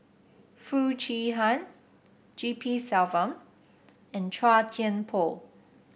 Foo Chee Han G P Selvam and Chua Thian Poh